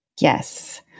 Yes